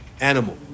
animal